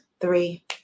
three